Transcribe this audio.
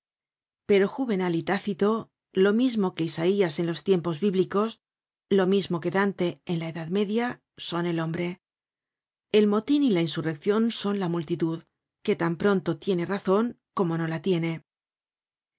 pero juvenal y tácito lo mismo que isaias en los tiempos bíblicos lo mismo que dante en la edad media son el hombre el motin y la insurreccion son la multitud que tan pronto tiene razon como no la tiene